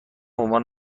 عنوان